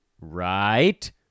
Right